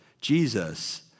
Jesus